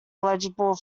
eligible